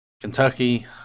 Kentucky